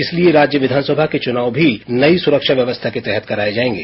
इसलिए राज्य विधानसभा के चुनाव भी नई सुरक्षा व्यवस्था के तहत कराये जायेंगे